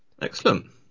Excellent